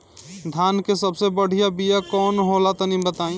धान के सबसे बढ़िया बिया कौन हो ला तनि बाताई?